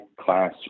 class